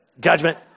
judgment